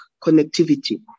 connectivity